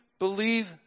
Believe